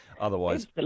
Otherwise